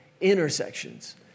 intersections